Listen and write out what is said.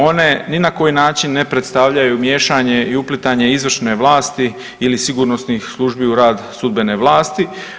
One ni na koji način ne predstavljaju miješanje i uplitanje izvršne vlasti ili sigurnosnih službi u rad sudbene vlasti.